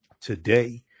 today